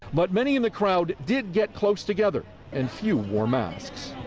but many in the crowd did get close together and few wore masks.